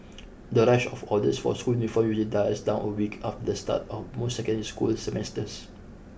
the rush of orders for school uniform usually dies down a week after the start of most secondary school semesters